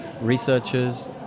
researchers